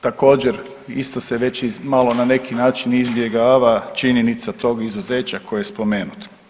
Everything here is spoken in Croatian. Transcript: Također isto se već i malo na neki način izbjegava činjenica tog izuzeća koje je spomenuto.